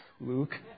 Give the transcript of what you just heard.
Luke